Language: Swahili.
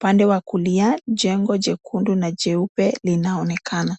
Upande wa kulia, jengo jekundu na jeupe linaonekana.